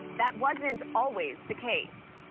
that wasn't always the case.